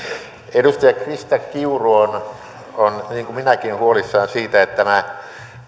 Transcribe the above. edustaja krista kiuru on on niin kuin minäkin huolissaan siitä että tämä